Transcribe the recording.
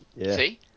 See